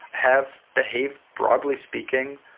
have behaved, broadly speaking,